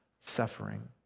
suffering